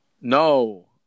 No